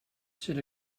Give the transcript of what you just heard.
said